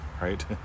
Right